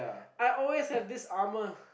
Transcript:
I always have this armour